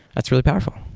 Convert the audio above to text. that's really powerful.